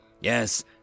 Yes